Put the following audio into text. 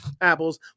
Apples